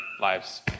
lives